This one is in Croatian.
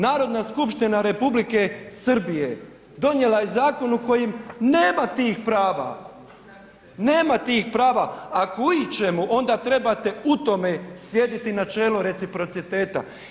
Narodna skupština Republike Srbije donijela je zakon u kojem nema tih prava, nema tih prava, a …/nerazumljivo/… onda trebate u tome slijediti načelo reprociteta.